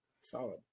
Solid